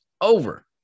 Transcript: over